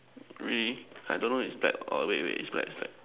red I don't know is black or wait is black is black